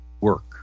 work